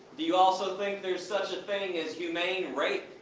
do you also think there is such a thing as humane rape?